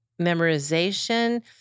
memorization